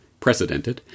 precedented